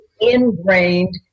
ingrained